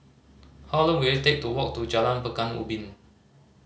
how long will it take to walk to Jalan Pekan Ubin